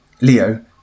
Leo